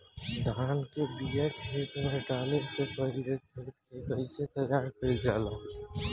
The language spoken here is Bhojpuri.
धान के बिया खेत में डाले से पहले खेत के कइसे तैयार कइल जाला?